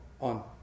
on